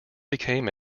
became